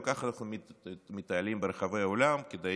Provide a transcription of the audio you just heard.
וככה אנחנו מטיילים ברחבי העולם כדי